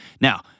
Now